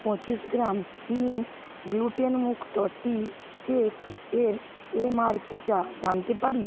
পঁচিশ gram spring গ্লুটেনমুক্ত টি কেকের এম আর পিটা জানতে পারি